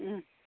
ও